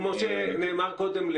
כמו שנאמר קודם,